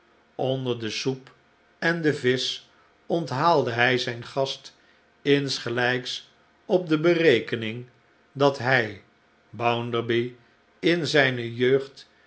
onder de soep en de visch onthaalde hij zijn gast insgelijks op de berekening dat hij bounderby in zijne jeugd